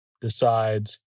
decides